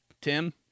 Tim